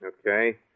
Okay